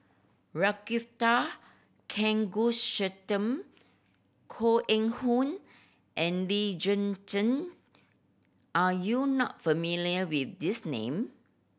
Ragunathar Kanagasuntheram Koh Eng Hoon and Lee Zhen Zhen are you not familiar with these name